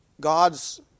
God's